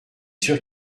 sûr